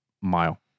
mile